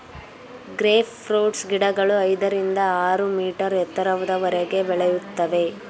grape fruits ಗಿಡಗಳು ಐದರಿಂದ ಆರು ಮೀಟರ್ ಎತ್ತರದವರೆಗೆ ಬೆಳೆಯುತ್ತವೆ